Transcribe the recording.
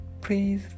Please